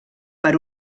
per